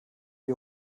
wie